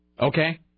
Okay